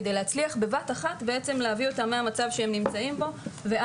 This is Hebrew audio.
כדי להצליח בבת אחת להביא אותם מהמצב בו הם נמצאים